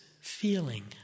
feeling